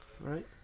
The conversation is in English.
Right